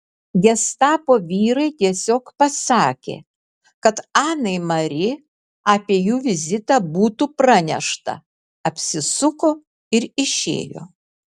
gestapo vyrai tiesiog pasakė kad anai mari apie jų vizitą būtų pranešta apsisuko ir išėjo